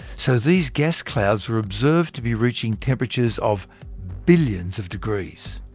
so, these gas clouds were observed to be reaching temperatures of billions of degrees,